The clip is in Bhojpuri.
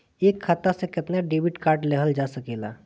एक खाता से केतना डेबिट कार्ड लेहल जा सकेला?